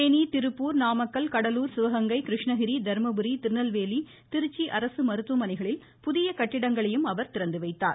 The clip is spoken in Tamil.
தேனி திருப்பூர் நாமக்கல் கடலூர் சிவகங்கை கிருஷ்ணகிரி தருமபுரி திருநெல்வேலி திருச்சி அரசு மருத்துவமனைகளில் புதிய கட்டிடங்களையும் அவர் திறந்துவைத்தார்